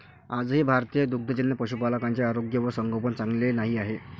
आजही भारतीय दुग्धजन्य पशुपालकांचे आरोग्य व संगोपन चांगले नाही आहे